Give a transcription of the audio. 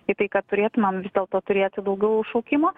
į tai kad turėtumėm vis dėlto turėti daugiau šaukimo